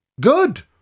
Good